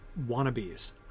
wannabes